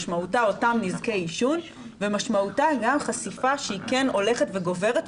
משמעותה אותם נזקי עישון ומשמעותה אותה חשיפה שהיא כן הולכת וגוברת,